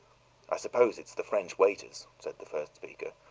i suppose it's the french waiters, said the first speaker.